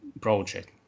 project